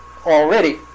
already